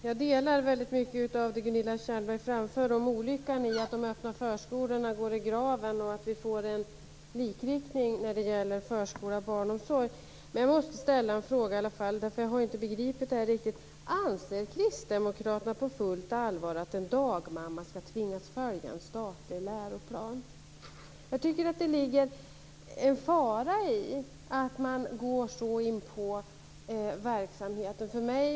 Fru talman! Jag håller med om mycket av det som Gunilla Tjernberg framförde om det olyckliga i att de öppna förskolorna går i graven och att vi får en likriktning när det gäller förskolan och barnomsorgen. Men jag måste i alla fall ställa en fråga. Jag har nämligen inte riktigt begripit det här. Anser kristdemokraterna på fullt allvar att en dagmamma skall tvingas följa en statlig läroplan? Jag tycker att det ligger en fara i att man går in på verksamheten på det sättet.